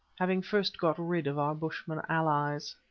having first got rid of our bushmen allies.